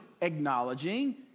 acknowledging